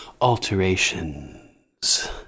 alterations